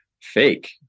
fake